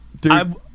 Dude